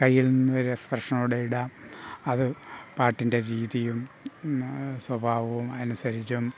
കൈയിൽ നിന്ന് ഒരു എക്സ്പ്രഷൻ അവിടെ ഇടാം അത് പാട്ടിൻ്റെ രീതിയും സ്വഭാവവും അനുസരിച്ചും